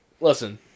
Listen